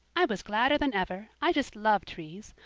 i was gladder than ever. i just love trees.